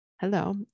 Hello